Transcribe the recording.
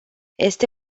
este